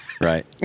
Right